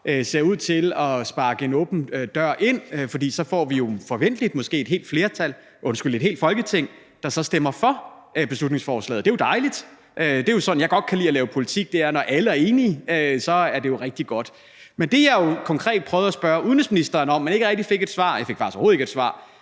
at sparke en åben dør ind, for så får vi jo forventeligt et helt Folketing, der så stemmer for beslutningsforslaget. Det er jo dejligt. Det er sådan, jeg godt kan lide at lave politik, altså når alle er enige – så er det jo rigtig godt. Men det, jeg jo konkret prøvede at spørge udenrigsministeren om, men som jeg ikke rigtig fik et svar på – jeg fik faktisk overhovedet ikke et svar